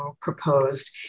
proposed